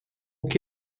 que